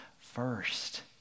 first